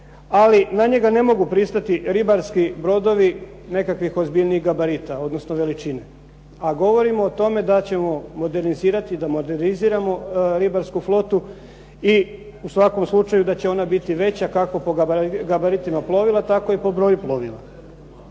ali na njega ne mogu pristati ribarski brodovi nekakvih ozbiljnijih gabarita, odnosno veličine. A govorimo o tome da ćemo modernizirati, da moderniziramo ribarsku flotu i u svakom slučaju da će ona biti veća kako po gabaritima plovila tako i po broju plovila.